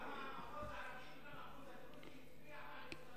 גם המחוז הערבי וגם המחוז הדרוזי הצביעו בעד הצטרפות לממשלת ליכוד.